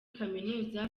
kaminuza